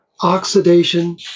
oxidation